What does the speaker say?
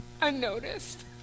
unnoticed